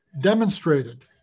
demonstrated